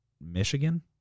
Michigan